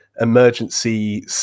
emergency